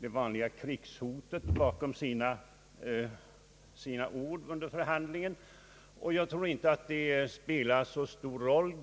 det vanliga krigshotet bakom sina ord under en förhandling. Jag tror därför inte att de kommer att spela så stor roll.